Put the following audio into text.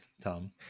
Tom